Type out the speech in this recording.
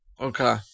Okay